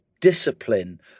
discipline